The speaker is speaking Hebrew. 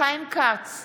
אין לכם בושה.